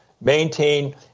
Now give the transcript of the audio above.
maintain